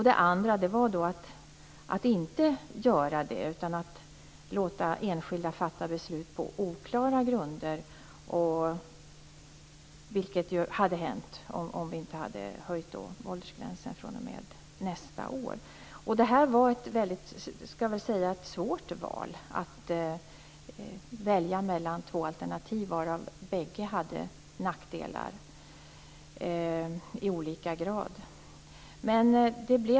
Det andra innebar att man inte skulle göra det utan låta enskilda människor fatta beslut på oklara grunder, vilket hade hänt om vi inte hade höjt åldersgränsen fr.o.m. nästa år. Det var ett svårt val att välja mellan två alternativ, varav bägge hade nackdelar i olika grad.